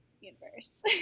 universe